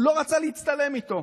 הוא לא רצה להצטלם איתו.